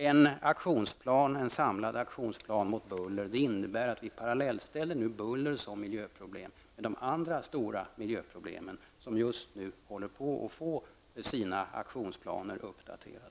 En samlad aktionsplan mot buller innebär att vi parallellställer buller som miljöproblem med de andra stora miljöproblemen för vilka aktionsplanerna håller på att uppdateras.